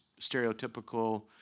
stereotypical